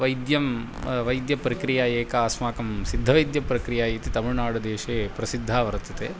वैद्यं वैद्यप्रक्रिया एका अस्माकं सिद्धवैद्यप्रक्रिया इति तमिळ्नाडुदेशे प्रसिद्धा वर्तते